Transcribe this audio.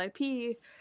IP